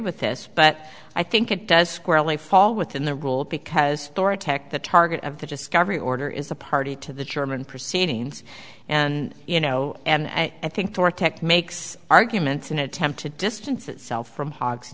with this but i think it does squarely fall within the rule because dora tech the target of the discovery order is a party to the german proceedings and you know and i think to our tech makes arguments an attempt to distance itself from hogs